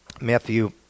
Matthew